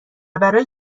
برای